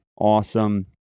Awesome